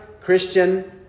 Christian